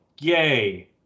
Yay